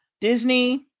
Disney